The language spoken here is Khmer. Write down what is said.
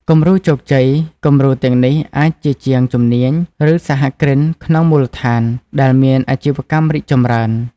គំរូជោគជ័យ គំរូទាំងនេះអាចជាជាងជំនាញ ឬសហគ្រិនក្នុងមូលដ្ឋាន ដែលមានអាជីវកម្មរីកចម្រើន។